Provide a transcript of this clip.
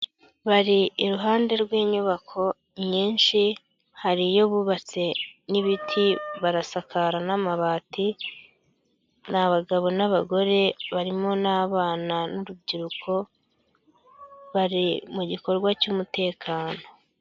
Bari iruhande rw'inyubako nyinshi hari iyo bubatse n'ibiti barasakara n'amabati, ni abagabo n'abagore barimo n'abana n'urubyiruko bari mu gikorwa cy'umutekano.